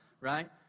right